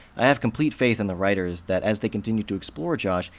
i have complete faith in the writers, that as they continue to explore josh,